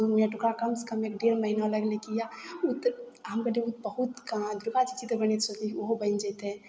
दू मिनट ओकरा कमसँ कम एक डेढ़ महीना लगलय किए उ तऽ बहुत कृपा छै चित्र बनबय छलियै ओहो बनि जेतय